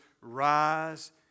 rise